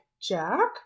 Jack